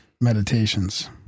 meditations